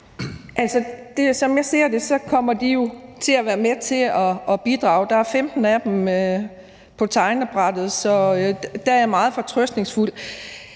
Som jeg ser det, kommer de jo til at være med til at bidrage. Der er 15 af dem på tegnebrættet, så der er jeg meget fortrøstningsfuld.